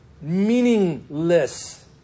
Meaningless